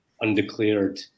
undeclared